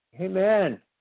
Amen